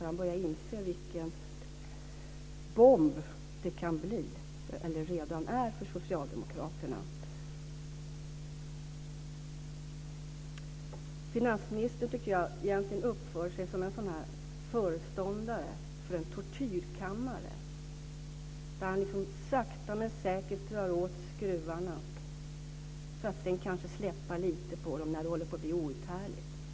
Han börjar inse vilken bomb det redan är för socialdemokraterna. Finansministern uppför sig egentligen som en föreståndare för en tortyrkammare där han sakta men säkert drar åt skruvarna för att sedan kanske släppa lite på dem när det håller på att bli outhärdligt.